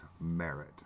merit